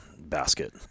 basket